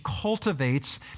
cultivates